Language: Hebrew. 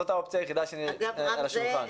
זאת האופציה היחידה שעל השולחן.